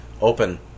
open